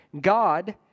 God